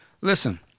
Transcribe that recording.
listen